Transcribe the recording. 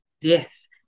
Yes